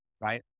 right